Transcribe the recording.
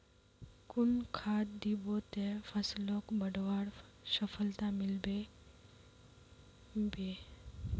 कुन खाद दिबो ते फसलोक बढ़वार सफलता मिलबे बे?